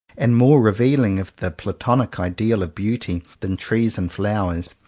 and more revealing of the platonic ideal of beauty, than trees and flowers,